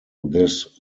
this